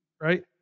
right